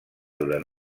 durant